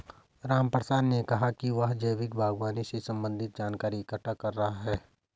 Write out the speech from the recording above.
रामप्रसाद ने कहा कि वह जैविक बागवानी से संबंधित जानकारी इकट्ठा कर रहा है